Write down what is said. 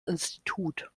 institut